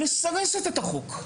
אם מסרסת את החוק.